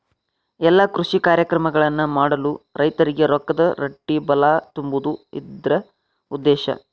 ಎಲ್ಲಾ ಕೃಷಿ ಕಾರ್ಯಕ್ರಮಗಳನ್ನು ಮಾಡಲು ರೈತರಿಗೆ ರೊಕ್ಕದ ರಟ್ಟಿಬಲಾ ತುಂಬುದು ಇದ್ರ ಉದ್ದೇಶ